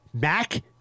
Mac